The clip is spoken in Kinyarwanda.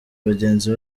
bagenzi